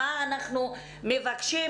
מה אנחנו מבקשים.